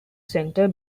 center